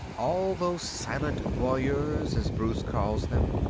all those silent voyeurs as bruce calls them.